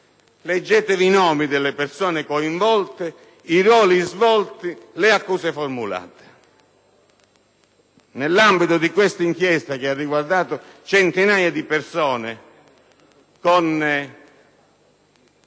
Leggete i nomi delle persone coinvolte, i ruoli svolti e le accuse formulate.